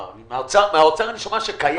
מהאוצר אני שומע שהכסף קיים.